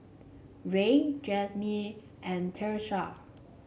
Rey Jasmyn and Tyesha